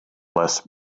less